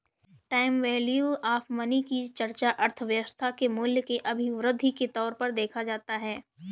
time value of money की चर्चा अर्थव्यवस्था में मूल्य के अभिवृद्धि के तौर पर देखा जाता है